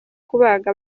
kubaga